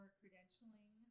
credentialing